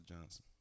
Johnson